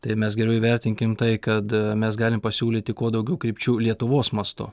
tai mes geriau įvertinkim tai kad mes galim pasiūlyti kuo daugiau krypčių lietuvos mastu